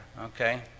okay